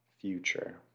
future